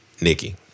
Nikki